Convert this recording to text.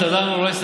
השאלה, מתי זה עולה.